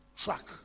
truck